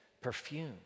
perfume